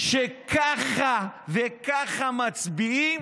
שככה וככה מצביעים?